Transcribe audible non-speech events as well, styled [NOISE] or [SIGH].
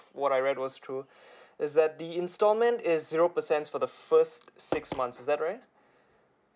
what I read was true [BREATH] is that the instalment is zero percent for the first six months is that right